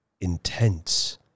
Intense